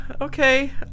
okay